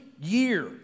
year